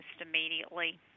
immediately